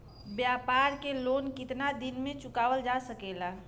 व्यापार के लोन कितना दिन मे चुकावल जा सकेला?